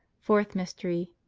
fourth mystery.